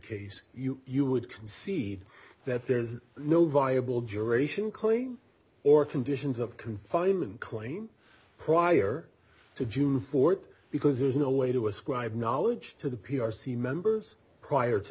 case you would concede that there's no viable generation clean or conditions of confinement claim prior to june fourth because there's no way to ascribe knowledge to the p r c members prior to